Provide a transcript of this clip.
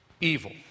evil